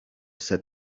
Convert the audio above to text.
said